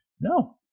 No